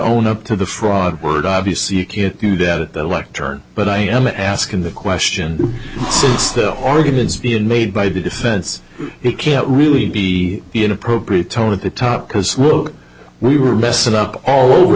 own up to the fraud word obviously you can't do that at the lectern but i am asking the question since still arguments being made by the defense it can't really be inappropriate tone at the top because we were messing up all over